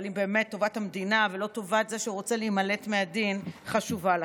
אבל אם באמת טובת המדינה ולא טובת זה שרוצה להימלט מהדין חשובה לכם,